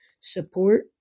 support